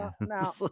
Now